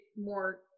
more